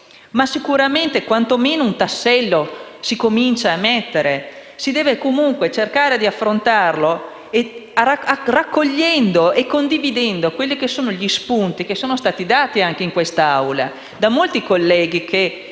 ma sicuramente quanto meno un tassello lo si comincia a mettere; si deve comunque cercare di affrontarlo raccogliendo e condividendo gli spunti che sono stati dati in quest'Aula da molti colleghi, che